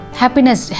happiness